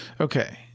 Okay